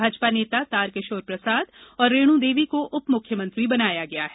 भाजपा नेता तार किशोर प्रसाद और रेणु देवी को उपमुख्यमंत्री बनाया गया है